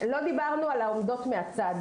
דיברנו על העומדות מהצד.